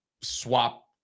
swap